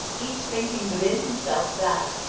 each thinking within himself that,